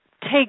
take